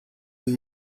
and